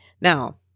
Now